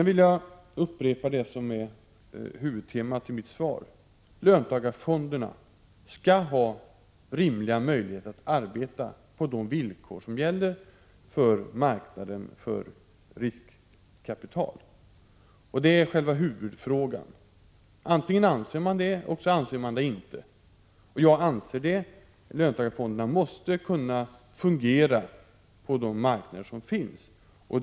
Jag vill upprepa det som är huvudtemat i mitt svar: Löntagarfonderna skall ha rimliga möjligheter att arbeta på de villkor som gäller för marknaden för riskkapital. Det är själva huvudfrågan. Antingen anser man att det skall vara så eller också gör man det inte. Jag anser det - löntagarfonderna måste kunna fungera på de marknader som finns.